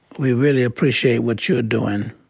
we really appreciate what you're doing,